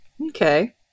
Okay